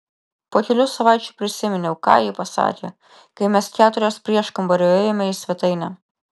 po kelių savaičių prisiminiau ką ji pasakė kai mes keturios prieškambariu ėjome į svetainę